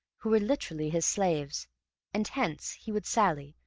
who were literally his slaves and hence he would sally,